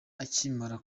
akimara